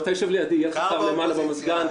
אתה יושב לידי, יהיה לך קר למעלה על יד המזגן.